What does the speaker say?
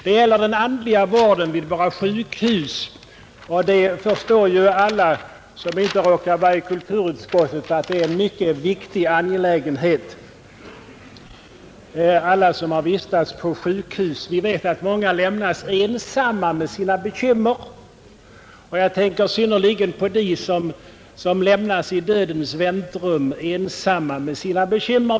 Det gäller den andliga vården vid våra sjukhus, och alla som inte råkar vara i kulturutskottet förstår ju att det är en mycket viktig angelägenhet. Alla vi som har vistats på sjukhus vet att många lämnas ensamma med sina bekymmer. Jag tänker synnerligast på dem som lämnas i dödens väntrum ensamma med sina bekymmer.